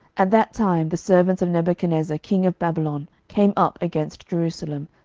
at that time the servants of nebuchadnezzar king of babylon came up against jerusalem,